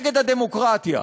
נגד הדמוקרטיה.